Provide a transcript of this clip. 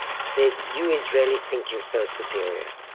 said, you israelis think you're so superior.